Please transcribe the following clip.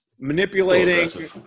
manipulating